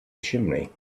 chimney